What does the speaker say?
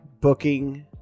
booking